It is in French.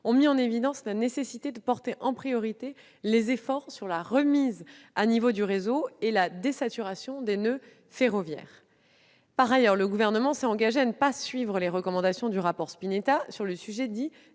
ont mis en évidence la nécessité de faire porter en priorité les efforts sur la remise à niveau du réseau et sur la désaturation des noeuds ferroviaires. Par ailleurs, le Gouvernement s'est engagé à ne pas suivre les recommandations du rapport Spinetta sur le sujet dit